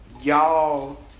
y'all